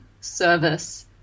service